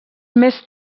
més